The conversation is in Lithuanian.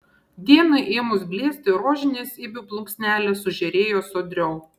dienai ėmus blėsti rožinės ibių plunksnelės sužėrėjo sodriau